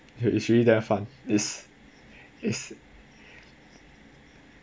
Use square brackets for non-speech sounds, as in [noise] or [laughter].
is really damn fun is is [breath]